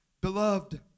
Beloved